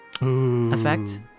effect